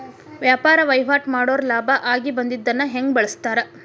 ವ್ಯಾಪಾರ್ ವಹಿವಾಟ್ ಮಾಡೋರ್ ಲಾಭ ಆಗಿ ಬಂದಿದ್ದನ್ನ ಹೆಂಗ್ ಬಳಸ್ತಾರ